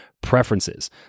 preferences